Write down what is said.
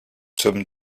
sommes